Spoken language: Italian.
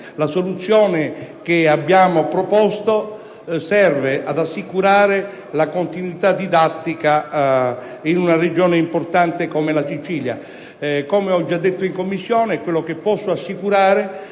La soluzione che abbiamo proposto serve ad assicurare la continuità didattica in una Regione importante come la Sicilia. Come ho già detto in Commissione, posso solo assicurare